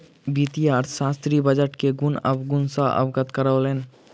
वित्तीय अर्थशास्त्री बजट के गुण अवगुण सॅ अवगत करौलैन